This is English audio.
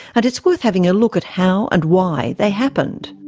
and it's worth having a look at how and why they happened.